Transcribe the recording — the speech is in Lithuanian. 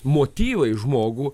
motyvai žmogų